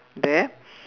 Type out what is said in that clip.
there